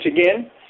again